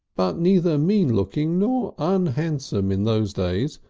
but neither mean-looking nor unhandsome in those days,